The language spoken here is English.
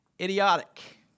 idiotic